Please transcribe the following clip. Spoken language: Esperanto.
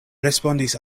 respondis